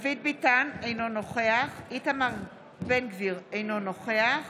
דוד ביטן, אינו נוכח איתמר בן גביר, אינו נוכח